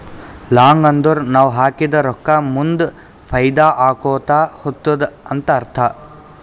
long ಅಂದುರ್ ನಾವ್ ಹಾಕಿದ ರೊಕ್ಕಾ ಮುಂದ್ ಫೈದಾ ಆಕೋತಾ ಹೊತ್ತುದ ಅಂತ್ ಅರ್ಥ